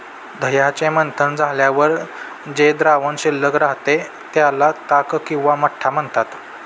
दह्याचे मंथन झाल्यावर जे द्रावण शिल्लक राहते, त्याला ताक किंवा मठ्ठा म्हणतात